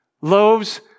Loaves